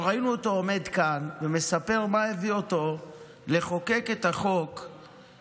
אבל ראינו אותו עומד כאן ומספר מה הביא אותו לחוקק את החוק שפוטר